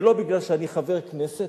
ולא בגלל שאני חבר כנסת.